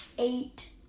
eight